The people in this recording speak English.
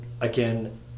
again